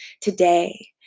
today